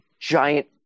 giant